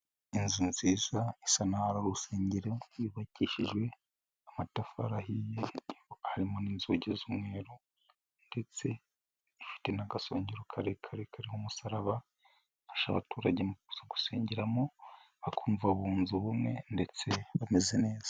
Inzu nziza isa n'aho ari urusengero yubakishije amatafarihiye harimo n'inzugi z'umweru ndetse ifite n'agasongero karekare kariho umusaraba ifasha abaturage mu gusengeramo bakumvabunze ubumwe ndetse bameze neza.